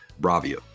bravia